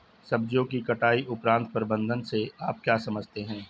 सब्जियों की कटाई उपरांत प्रबंधन से आप क्या समझते हैं?